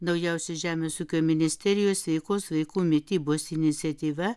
naujausi žemės ūkio ministerijos sveikos vaikų mitybos iniciatyva